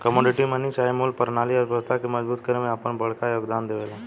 commodity money चाहे मूल परनाली अर्थव्यवस्था के मजबूत करे में आपन बड़का योगदान देवेला